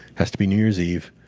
has to be new year's eve,